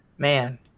Man